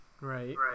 Right